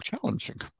challenging